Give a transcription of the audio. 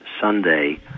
Sunday